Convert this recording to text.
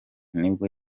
nibwo